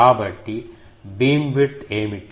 కాబట్టి బీమ్విడ్త్ ఏమిటి